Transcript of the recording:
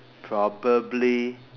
probably